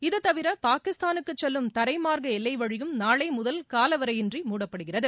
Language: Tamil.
இது தவிர பாகிஸ்தானுக்கு செல்லும் தரைமாா்க்க எல்லை வழியும் நாளை முதல் காலவரையறை இன்றி மூடப்படுகிறது